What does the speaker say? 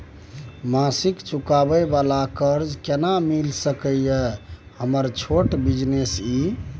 मासिक चुकाबै वाला कर्ज केना मिल सकै इ हमर छोट बिजनेस इ?